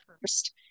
first